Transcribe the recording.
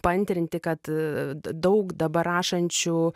paantrinti kad daug dabar rašančių